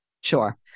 Sure